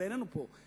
שאיננו פה,